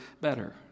better